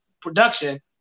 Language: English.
production